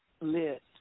Lit